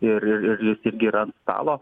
ir ir ir ir tik gira ant stalo